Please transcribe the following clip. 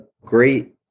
great